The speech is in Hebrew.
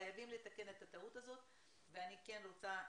חייבים לתקן את הטעות הזו ואני כן רוצה מכאן,